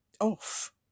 off